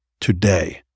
today